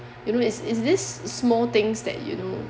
you know it's it's these small things that you know